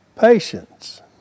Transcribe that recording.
patience